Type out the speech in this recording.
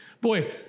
Boy